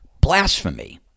Blasphemy